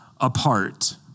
apart